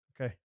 Okay